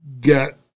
get